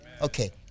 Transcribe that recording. Okay